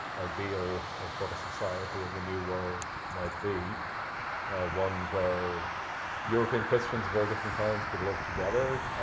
ideal of what a society in the new world might be one where european christians of all different kinds could live together,